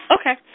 Okay